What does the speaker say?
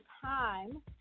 time